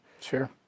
Sure